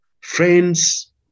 Friends